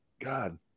God